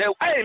Hey